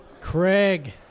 Craig